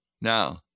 Now